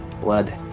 blood